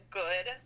good